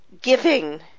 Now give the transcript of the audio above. giving